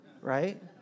right